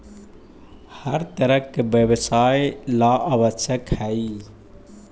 हर तरह के व्यवसाय ला आवश्यक हई